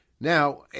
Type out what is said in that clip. Now